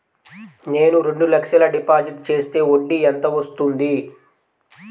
నేను రెండు లక్షల డిపాజిట్ చేస్తే వడ్డీ ఎంత వస్తుంది?